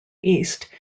east